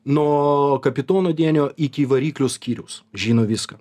nuo kapitono denio iki variklio skyriaus žino viską